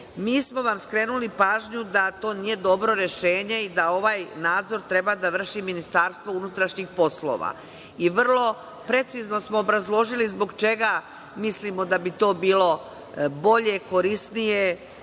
smo vam skrenuli pažnju da to nije dobro rešenje i da ovaj nadzor treba da vrši Ministarstvo unutrašnjih poslova i vrlo precizno smo obrazložili zbog čega mislimo da bi to bilo bolje, korisnije,